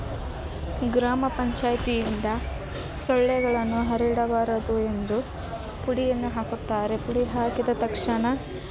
ಗ್ರಾಮ ಪಂಚಾಯಿತಿಯಿಂದ ಸೊಳ್ಳೆಗಳನ್ನು ಹರಡಬಾರದು ಎಂದು ಪುಡಿಯನ್ನು ಹಾಕುತ್ತಾರೆ ಪುಡಿ ಹಾಕಿದ ತಕ್ಷಣ